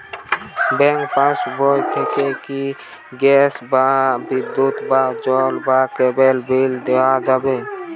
Bank পাশবই থেকে কি গ্যাস বা বিদ্যুৎ বা জল বা কেবেলর বিল দেওয়া যাবে?